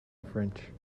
french